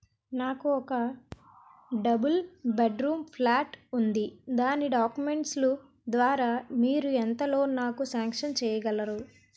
నాకు ఒక double bedroom flat ఉంది దాని డాక్యుమెంట్స్ లు ద్వారా మీరు ఎంత లోన్ నాకు సాంక్షన్ చేయగలరు?